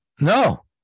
No